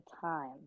time